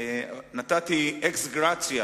נתתי אקסגרציה